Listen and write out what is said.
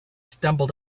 stumbled